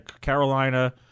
Carolina